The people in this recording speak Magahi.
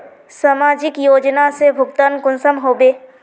समाजिक योजना से भुगतान कुंसम होबे?